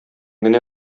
генә